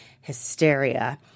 hysteria